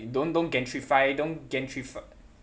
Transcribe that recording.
don't don't gentrify don't gentrif~